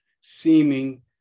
seeming